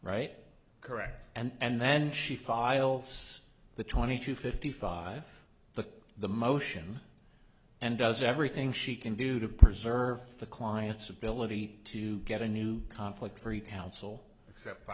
right correct and then she files the twenty two fifty five the the motion and does everything she can do to preserve the client's ability to get a new conflict free counsel except by